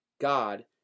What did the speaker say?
God